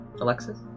Alexis